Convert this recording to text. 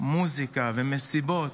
מוזיקה ומסיבות,